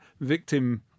victim